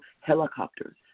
helicopters